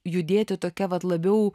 judėti tokia vat labiau